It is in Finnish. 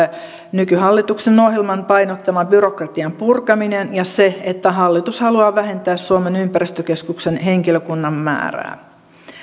nykyhallituksen ohjelman painottama byrokratian purkaminen ja se että hallitus haluaa vähentää suomen ympäristökeskuksen henkilökunnan määrää